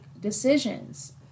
decisions